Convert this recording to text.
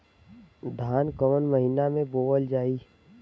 धान कवन महिना में बोवल जाई?